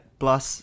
plus